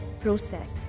process